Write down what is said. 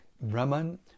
Brahman